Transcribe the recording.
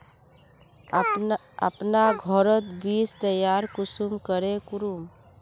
अपना घोरोत बीज तैयार कुंसम करे करूम?